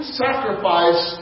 sacrifice